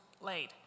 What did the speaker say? laid